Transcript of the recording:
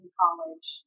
college